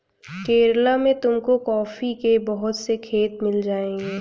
केरला में तुमको कॉफी के बहुत से खेत मिल जाएंगे